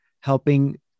helping